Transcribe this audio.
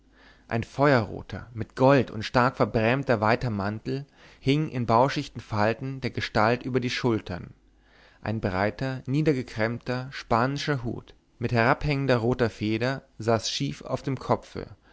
ein feuerroter mit gold stark verbrämter weiter mantel hing in bauschichten falten der gestalt über die schultern ein breiter niedergekrempter spanischer hut mit herabhängender roter feder saß schief auf dem kopfe